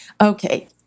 okay